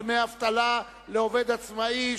דמי אבטלה לעובד עצמאי),